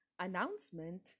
Announcement